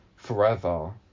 forever